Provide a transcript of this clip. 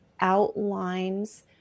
outlines